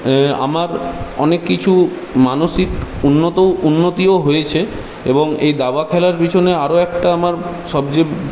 আমার অনেক কিছু মানসিক উন্নতও উন্নতিও হয়েছে এবং এই দাবা খেলার পেছনে আরও একটা আমার সবচেয়ে